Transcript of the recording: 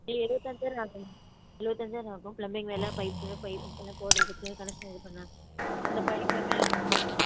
இல்லை எழுவத்தஞ்சாயிரம் ஆகும்மா எழுவத்தஞ்சாயிரம் ஆகும் ப்ளம்பிங் வேலை பைப்பு அதலாம் போடுறதுக்கு கனெக்ஷன் இது பண்ண அந்த பைப்பை மேலேயிருந்து கூட எடுக்கணும்